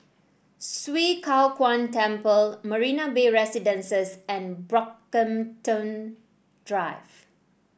Swee Kow Kuan Temple Marina Bay Residences and Brockhampton Drive